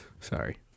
Sorry